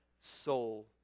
soul